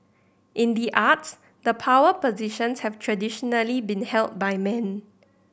in the arts the power positions have traditionally been held by men